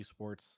esports